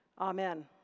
Amen